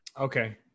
okay